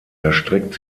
erstreckt